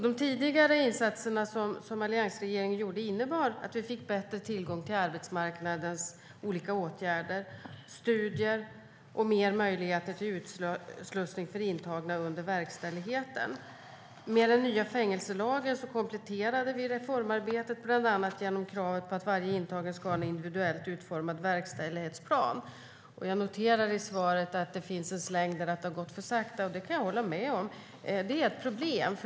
De tidigare insatser som alliansregeringen gjorde innebar att vi fick bättre tillgång till arbetsmarknadens olika åtgärder, såsom studier och större möjligheter för de intagna till utslussning under verkställigheten. Med den nya fängelselagen kompletterade vi reformarbetet, bland annat genom kravet att varje intagen ska ha en individuellt utformad verkställighetsplan. Jag noterar att det i svaret var en släng om att det gått för långsamt. Det kan jag hålla med om, och det är ett problem.